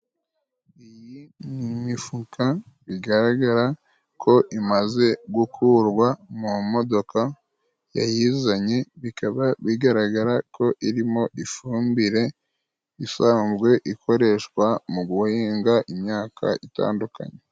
Iyi ni imifuka bigaragara ko imaze gukurwa mu modoka yayizanye bikaba bigaragara ko irimo ifumbire isanzwe ikoreshwa mu guhinga imyaka itandukanye.